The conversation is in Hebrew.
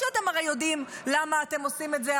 ואתם הרי יודעים למה אתם עושים את זה.